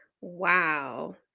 wow